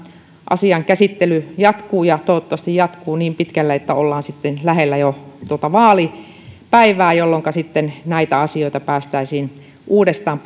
asian käsittely jatkuu ja toivottavasti jatkuu niin pitkälle että ollaan sitten jo lähellä tuota vaalipäivää jolloinka näitä asioita päästäisiin uudestaan